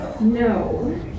No